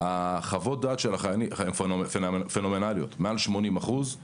חוות הדעת של החיילים הן פנומנאליות, מעל 80%. זה